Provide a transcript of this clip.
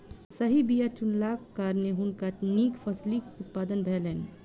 सही बीया चुनलाक कारणेँ हुनका नीक फसिलक उत्पादन भेलैन